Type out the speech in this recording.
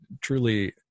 truly